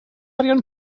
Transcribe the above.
arian